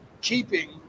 keeping